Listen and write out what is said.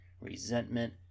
resentment